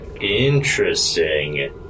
Interesting